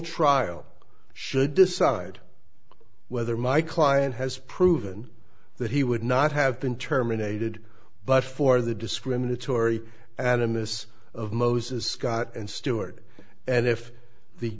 trial should decide whether my client has proven that he would not have been terminated but for the discriminatory animus of moses scott and stewart and if the